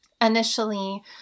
Initially